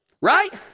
right